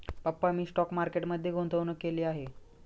पप्पा मी stock market मध्ये गुंतवणूक केली आहे